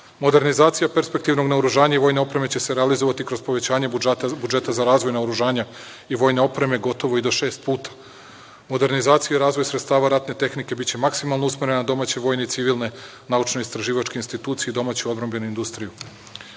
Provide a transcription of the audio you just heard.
Srbije. Modernizacija perspektivnog naoružanja i vojne opreme će se realizovati kroz povećanje budžeta za razvoj naoružanja i vojne opreme gotovo i do šest puta. Modernizacija i razvoj sredstava ratne tehnike biće maksimalno usmerena na domaće vojne i civilne naučno-istraživačke institucije i domaću odbrambenu industriju.